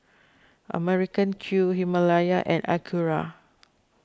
American Crew Himalaya and Acura